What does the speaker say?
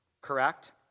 Correct